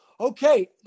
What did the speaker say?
Okay